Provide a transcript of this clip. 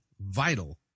vital